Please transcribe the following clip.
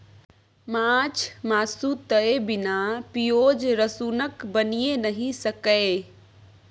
माछ मासु तए बिना पिओज रसुनक बनिए नहि सकैए